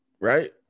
right